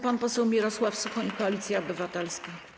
Pan poseł Mirosław Suchoń, Koalicja Obywatelska.